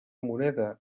moneda